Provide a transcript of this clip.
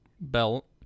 Belt